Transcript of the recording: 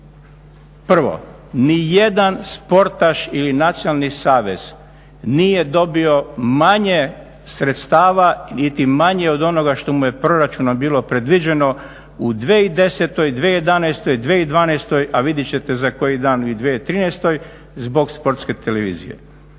prvo nijedan sportaš ili nacionalni savez nije dobio manje sredstava niti manje od onoga što mu je proračunom bilo predviđeno u 2010., 2011., 2012., a vidjet ćete za koji dan i 2013. zbog Sportske televizije.